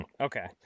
okay